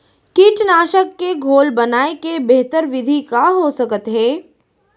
कीटनाशक के घोल बनाए के बेहतर विधि का हो सकत हे?